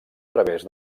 través